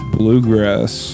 bluegrass